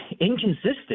inconsistent